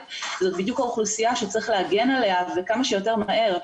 וזאת בדיוק האוכלוסייה שצריך להגן עליה וכמה שיותר מהר.